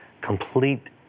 Complete